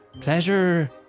Pleasure